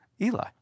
Eli